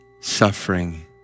suffering